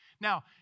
Now